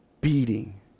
beating